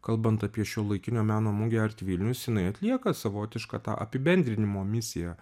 kalbant apie šiuolaikinio meno mugę art vilnius jinai atlieka savotišką tą apibendrinimo misiją